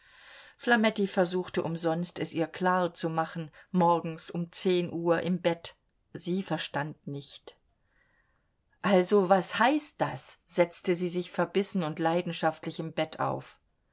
flametti versuchte umsonst es ihr klar zu machen morgens um zehn uhr im bett sie verstand nicht also was heißt das setzte sie sich verbissen und leidenschaftlich im bett auf